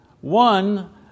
One